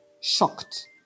shocked